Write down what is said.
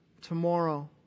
tomorrow